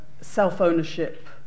self-ownership